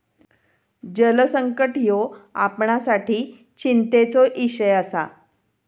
जलसंकट ह्यो आपणासाठी चिंतेचो इषय आसा